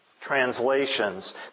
translations